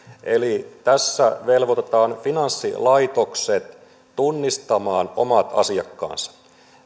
että tässä velvoitetaan finanssilaitokset tunnistamaan omat asiakkaansa ja